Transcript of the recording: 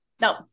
No